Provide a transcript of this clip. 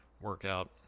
workout